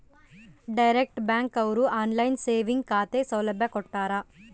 direct bank ಅವ್ರು online saving ಖಾತೆ ಸೌಲಭ್ಯ ಕೊಟ್ಟಾರ